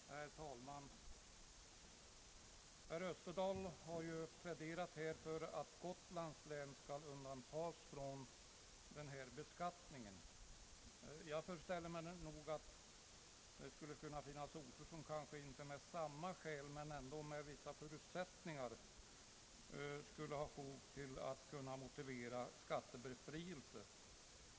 Herr talman! Herr Österdahl har pläderat för att Gotlands län skall undantas från den här beskattningen. Jag föreställer mig att det kan finnas andra orter där man kanske inte med samma skäl men ändå med visst fog kan begära skattebefrielse.